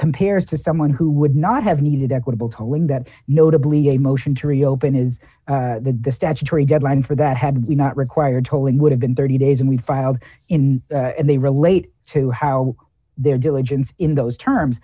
compares to someone who would not have needed equitable telling that notably a motion to reopen is that the statutory deadline for that had we not required tolling would have been thirty days and we filed in and they relate to how their diligence in those terms